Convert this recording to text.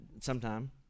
sometime